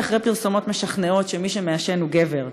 אחרי פרסומות משכנעות שמי שמעשן הוא גבר.